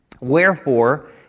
...wherefore